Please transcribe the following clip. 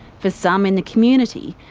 for some in the community,